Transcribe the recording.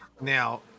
Now